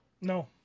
No